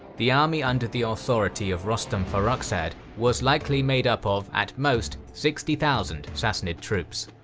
the army under the authority of rostam farrokzhad was likely made up of, at most, sixty thousand sassanid troops.